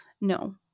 no